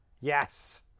Yes